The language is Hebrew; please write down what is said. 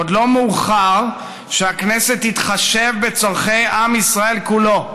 עוד לא מאוחר לכך שהכנסת תתחשב בצורכי עם ישראל כולו,